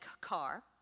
car